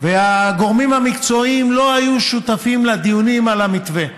והגורמים המקצועיים לא היו שותפים לדיונים על המתווה.